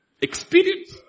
experience